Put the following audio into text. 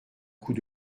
coup